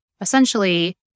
essentially